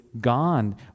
gone